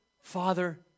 Father